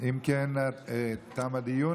אם כן, תם הדיון.